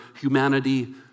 humanity